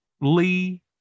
lee